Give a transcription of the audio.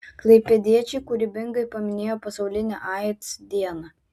klaipėdiečiai kūrybingai paminėjo pasaulinę aids dieną